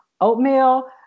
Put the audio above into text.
Oatmeal